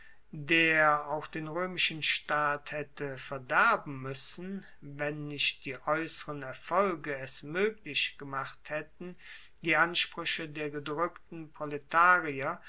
der auch den roemischen staat haette verderben muessen wenn nicht die aeusseren erfolge es moeglich gemacht haetten die ansprueche der gedrueckten proletarier